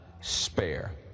spare